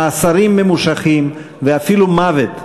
מאסרים ממושכים ואפילו מוות,